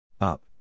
Up